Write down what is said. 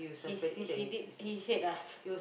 he's he did he said ah